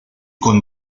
con